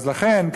אז לכן,